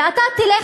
ואתה תלך,